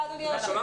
ננעלה בשעה